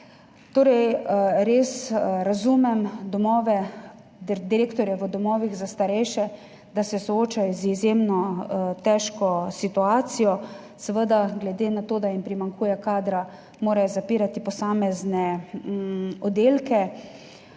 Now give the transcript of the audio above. starejše, da se soočajo z izjemno težko situacijo, seveda, glede na to, da jim primanjkuje kadra, morajo zapirati posamezne oddelke